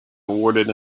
awarded